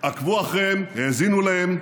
עקבו אחריהם, האזינו להם,